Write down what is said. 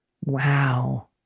Wow